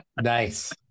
Nice